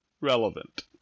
relevant